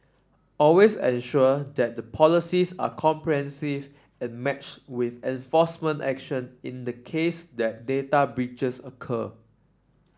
always ensure that the policies are and matched with enforcement action in the case that data breaches occur